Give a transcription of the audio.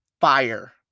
Fire